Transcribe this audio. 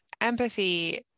empathy